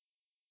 mmhmm